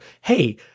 hey